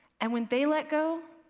and when they let go,